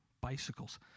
bicycles